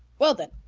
well then,